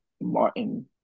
Martin